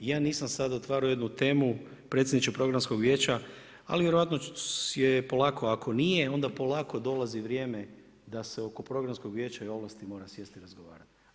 Ja nisam sad otvarao jednu temu predsjedniče Programskog vijeća, ali vjerojatno polako ako nije onda polako dolazi vrijeme da se oko Programskog vijeća i ovlasti mora sjest i razgovarat.